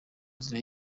nzira